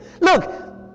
Look